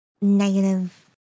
negative